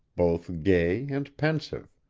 both gay and pensive.